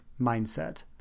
mindset